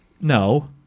No